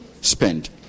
spend